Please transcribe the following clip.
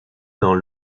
dans